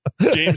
james